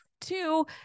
Two